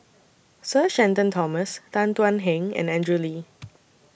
Sir Shenton Thomas Tan Thuan Heng and Andrew Lee